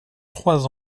trois